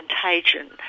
contagion